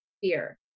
fear